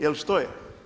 Jel' što je?